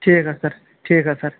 ٹھیٖک حظ چھُ سَر ٹھیٖک حظ سَر